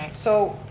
so,